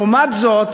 לעומת זאת,